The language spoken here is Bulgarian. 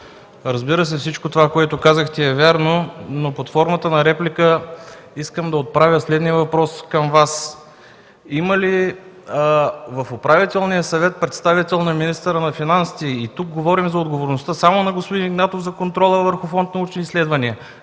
разбира се, всичко това, което казахте, е вярно, но под формата на реплика искам да отправя следния въпрос към Вас. В Управителния съвет има ли представител на министъра на финансите? Тук говорим за отговорността само на господин Игнатов за контрола върху Фонд „Научни изследвания”,